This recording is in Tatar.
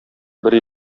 бер